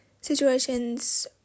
situations